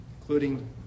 including